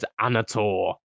Anator